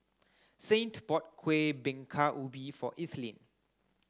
Saint bought Kueh Bingka Ubi for Ethelene